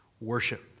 worship